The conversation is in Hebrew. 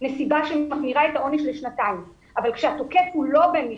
נסיבה שמביאה את העונש לשנתיים אבל כאשר התוקף הוא לא בן משפחה,